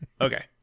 Okay